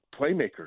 playmakers